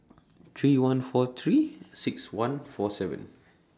three one four three six one four seven